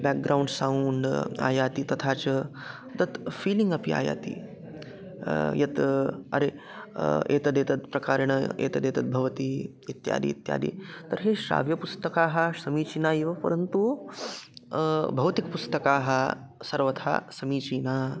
background sound आयाति तथा च तत् फ़ीलिङ्ग् अपि आयाति यत् अरे एतद् एतद् प्रकारेण एतद् एतद् भवति इत्यादि इत्यादि तर्हि श्राव्यपुस्तकानि समीचीना एव परन्तु भौतिकपुस्तकानि सर्वथा समीचीना